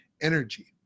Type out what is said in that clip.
energy